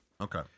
Okay